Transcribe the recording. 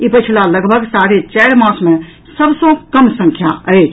ई पछिला लगभग साढ़े चारि मास मे सभ सँ कम संख्या अछि